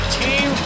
team